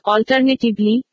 Alternatively